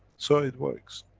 so it works.